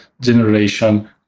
generation